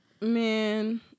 Man